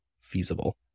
feasible